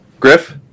Griff